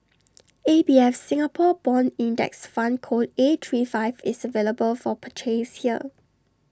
A B F Singapore Bond index fund code A three five is available for purchase here